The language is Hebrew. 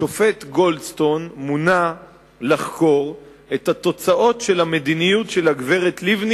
השופט גולדסטון מונה לחקור את התוצאות של המדיניות של הגברת לבני